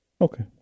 Okay